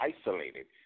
isolated